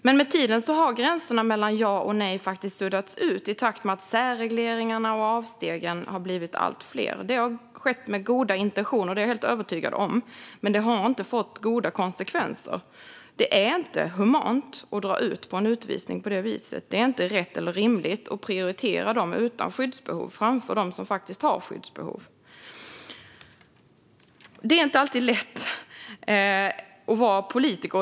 Men med tiden har gränserna mellan ja och nej faktiskt suddats ut, i takt med att särregleringarna och avstegen har blivit allt fler. Det har skett med goda intentioner - det är jag helt övertygad om. Men det har inte fått goda konsekvenser. Det är inte humant att dra ut på en utvisning på det viset. Det är inte rätt eller rimligt att prioritera dem utan skyddsbehov framför dem som faktiskt har skyddsbehov. Det är inte alltid lätt att vara politiker.